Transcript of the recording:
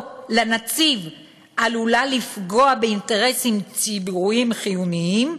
לנציב עלולה לפגוע באינטרסים ציבוריים חיוניים,